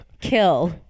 kill